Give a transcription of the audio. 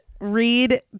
Read